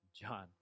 John